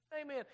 amen